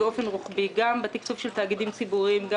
תקצוב של תאגידים ציבוריים.